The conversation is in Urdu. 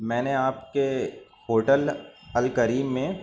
میں نے آپ کے ہوٹل الکریم میں